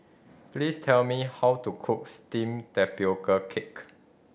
please tell me how to cook steamed tapioca cake